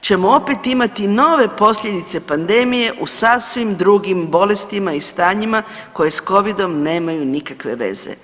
ćemo opet imati nove posljedice pandemije u sasvim drugim bolestima i stanjima koje s covidom nemaju nikakve veze.